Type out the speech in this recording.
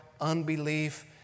unbelief